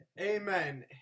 Amen